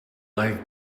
like